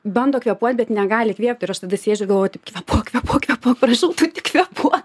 bando kvėpuot bet negali įkvėpt ir aš tada sėdžiu galvoju tik kvėpuok kvėpuok kvėpuok prašau tu tik kvėpuok